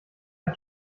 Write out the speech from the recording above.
hat